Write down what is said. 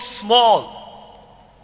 small